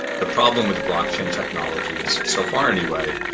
the problem with the blockchain technology is so far anyway,